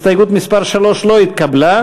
הסתייגות מס' 3 לא התקבלה.